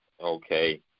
Okay